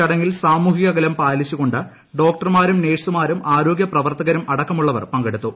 ചടങ്ങിൽ സാമൂഹിക അകലം പാലിച്ചുകൊണ്ട് ഡോക്ടർമാരും നഴ്സുമാരും ആരോഗ്യ പ്രവർത്തകരും അടക്കമുള്ളവർ പങ്കെടുത്തു